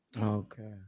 Okay